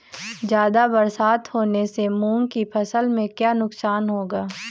ज़्यादा बरसात होने से मूंग की फसल में क्या नुकसान होगा?